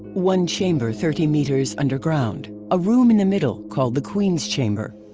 one chamber thirty meters underground. a room in the middle called the queen's chamber.